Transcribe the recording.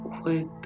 quick